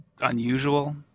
unusual